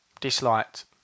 Disliked